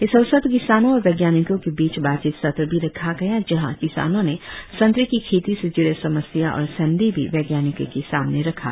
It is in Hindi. इस अवसर पर किसानों और वैज्ञानिकों के बीच बातचीत सत्र भी रखा गया जहां किसानों ने संतरे की खेती से जूड़े समस्या और संदेह भी वैज्ञानिकों के सामने रखा